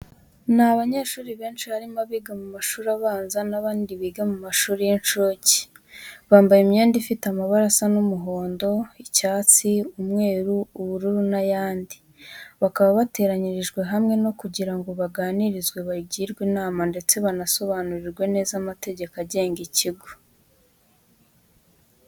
Ni abanyeshuri benshi harimo abiga mu mashuri abanza n'abandi biga mu mashuri y'incuke. Bambaye imyenda ifite amabara asa umuhondo, icyatsi, umweru, ubururu n'ayandi. Bakaba bateranyirijwe hamwe kugira ngo baganirizwe, bagirwe inama ndetse banasobanurirwe neza amategeko agenga ikigo.